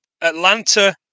Atlanta